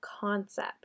concept